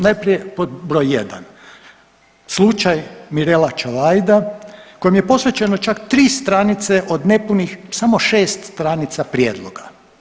Najprije pod broj 1, slučaj Mirela Čavajda kojem je posvećeno čak 3 stranice od nepunih samo 6 stranica prijedloga.